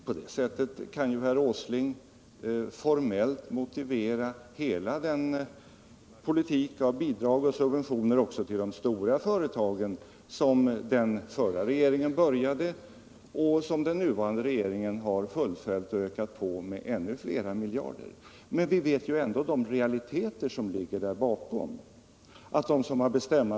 På det sättet kan herr Åsling söka motivera hela den politik av bidrag och subventioner också till de stora företagen, 37 som den förra regeringen påbörjade och som den nuvarande regeringen har fullföljt och ökat på med flera miljarder. Men vi vet ändå vilka realiteter som ligger bakom.